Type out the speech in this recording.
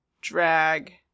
drag